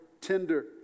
tender